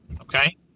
Okay